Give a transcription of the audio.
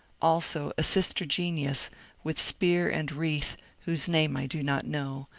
also a sister-genius with spear and wreath whose name i do not know,